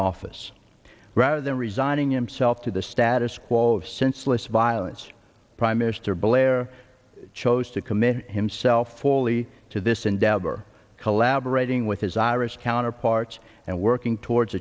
office rather than resigning him self to the status quo of senseless violence prime minister blair chose to commit himself fully to this endeavor collaborating with his irish counterparts and working towards